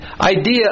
idea